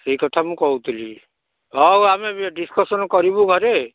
ଏଇ କଥା ମୁଁ କହୁଥିଲି ହଉ ଆମେ ଡିସ୍କସନ୍ କରିବୁ ଘରେ